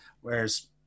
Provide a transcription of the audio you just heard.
Whereas